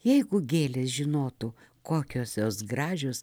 jeigu gėlės žinotų kokios jos gražios